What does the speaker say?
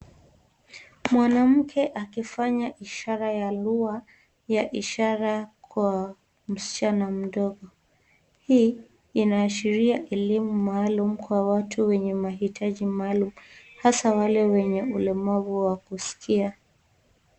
Mwanamke akifanya ishara ya lua kwa ishara kwa msichana mdogo. Hii inaashiria elimu maalum kwa watu wenye mahitaji maalum hasa wale wenye ulemavu wa kusikia.